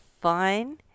fun